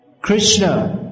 Krishna